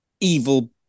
evil